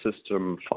system